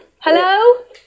Hello